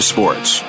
Sports